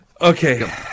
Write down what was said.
Okay